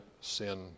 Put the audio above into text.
sin